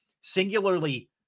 singularly